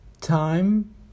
time